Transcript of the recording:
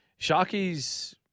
Sharkies